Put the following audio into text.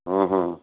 हम्म हम्म